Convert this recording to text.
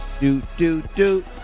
Do-do-do